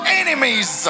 enemies